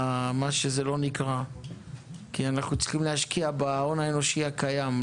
כי אנחנו צריכים להשקיע בהון האנושי הקיים,